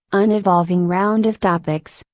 unevolving round of topics,